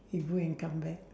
you go and come back